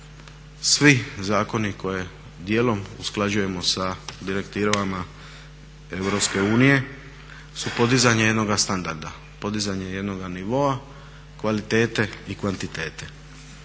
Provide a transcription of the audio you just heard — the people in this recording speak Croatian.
Svi zakoni koje dijelom usklađujemo sa direktivama EU su podizanje jednoga standarda, podizanje jednoga nivoa kvalitete i kvantitete.